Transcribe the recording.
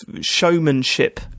showmanship